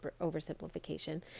oversimplification